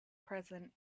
present